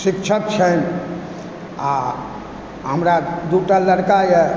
शिक्षक छनि आ हमरा दुटा लड़काए